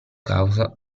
causa